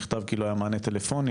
נכתב כי לא היה מענה טלפוני,